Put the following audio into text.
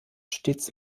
stets